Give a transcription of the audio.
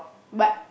but